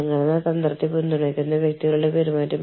അന്താരാഷ്ട്ര എച്ച്ആർ ശക്തിപ്പെടുത്തുന്നതിനുള്ള ചില അവസരങ്ങൾ